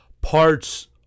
Parts